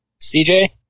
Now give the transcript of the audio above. CJ